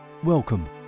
Welcome